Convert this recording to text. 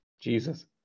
Jesus